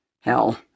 Hell